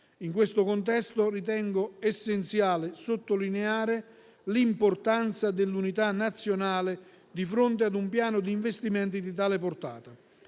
In questo contesto, ritengo essenziale sottolineare l'importanza dell'unità nazionale di fronte ad un piano di investimenti di tale portata.